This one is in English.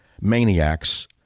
maniacs